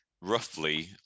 Roughly